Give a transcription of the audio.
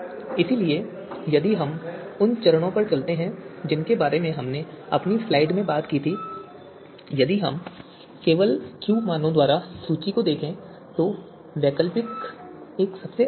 इसलिए यदि हम उन चरणों पर चलते हैं जिनके बारे में हमने अपनी स्लाइड में बात की थी और यदि हम केवल Q मानों द्वारा सूची को देखें तो वैकल्पिक एक सबसे अच्छा है